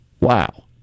Wow